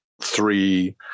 three